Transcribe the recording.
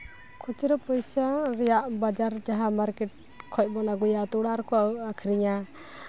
ᱠᱷᱩᱪᱨᱟᱹ ᱯᱚᱭᱥᱟ ᱨᱮᱭᱟᱜ ᱵᱟᱡᱟᱨ ᱡᱟᱦᱟᱸ ᱢᱟᱨᱠᱮᱴ ᱠᱷᱚᱡ ᱵᱚᱱ ᱟᱹᱜᱩᱭᱟ ᱟᱛᱳ ᱚᱲᱟᱜ ᱨᱮᱠᱚ ᱟᱹᱠᱷᱨᱤᱧᱟ